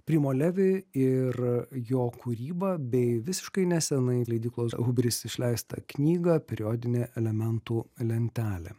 primo levi ir jo kūrybą bei visiškai nesenai leidyklos hubris išleistą knygą periodinė elementų lentelė